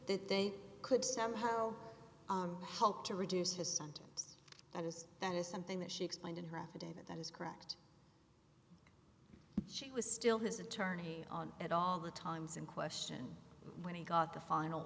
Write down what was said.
that they could somehow help to reduce his sentence that is that is something that she explained in her affidavit that is correct she was still his attorney at all the times in question when he got the final